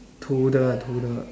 toddler ah toddler